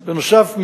בנוסף,